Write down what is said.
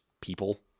people